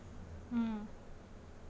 mm